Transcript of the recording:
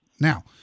now